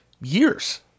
years